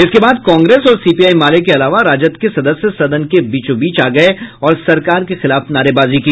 इसके बाद कांग्रेस और सीपीआई माले के अलावा राजद के सदस्य सदन के बीचोंबीच आ गये और सरकार के खिलाफ नारेबाजी की